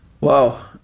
Wow